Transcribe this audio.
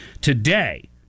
today